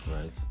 right